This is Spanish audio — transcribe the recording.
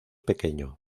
pequeño